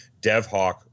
DevHawk